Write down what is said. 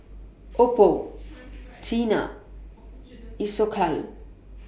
Oppo Tena Isocal